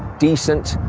decent,